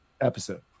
episode